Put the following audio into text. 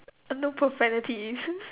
uh no profanities